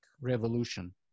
revolution